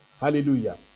Hallelujah